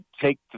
take